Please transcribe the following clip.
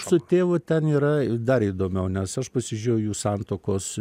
su tėvu ten yra ir dar įdomiau nes aš pasižiūrėjau jų santuokos